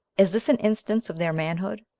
is this an instance of their manhood?